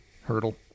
hurdle